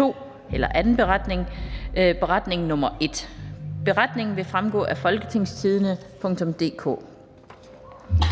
II’s beretning. (Beretning nr. 1). Beretningen vil fremgå af www.folketingstidende.dk.